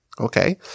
Okay